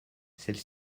celle